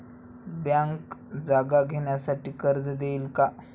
Bank जागा घेण्यासाठी कर्ज देईल का?